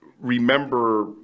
remember